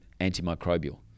antimicrobial